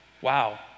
Wow